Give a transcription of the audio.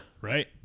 Right